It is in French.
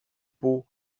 peau